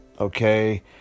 okay